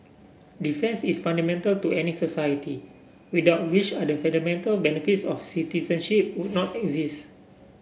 defence is fundamental to any society without which other fundamental benefits of citizenship would not exist